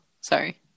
Sorry